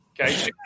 Okay